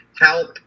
help